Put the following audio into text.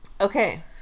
okay